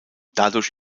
dadurch